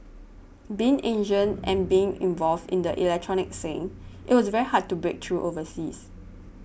being Asian and being involved in the electronic scene it was very hard to break through overseas